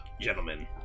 Gentlemen